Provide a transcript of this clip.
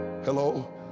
Hello